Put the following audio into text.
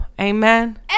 Amen